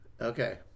Okay